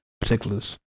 particulars